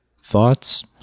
Thoughts